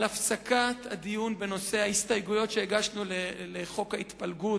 על הפסקת הדיון בנושא ההסתייגויות שהגשנו לחוק ההתפלגות,